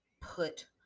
put